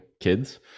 kids